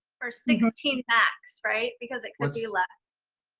or sixteen max, right, because it could be less?